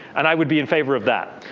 and i would be in favor of that.